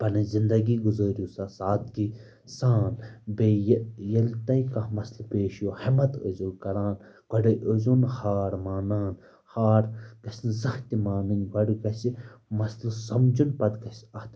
پَنٕنۍ زِندگی گُزٲرِو سا سادٕگی سان بیٚیہِ یہِ ییٚلہِ تۄہہِ کانٛہہ مسلہٕ پیش ییٖیو ہٮ۪مت ٲسۍزیو کران گۄڈَے ٲسۍزیو نہٕ ہار مانان ہار گژھِ نہٕ زانٛہہ تہِ مانٕنۍ گۄڈٕ گژھِ مسلہٕ سَمجُن پَتہٕ گژھِ اَتھ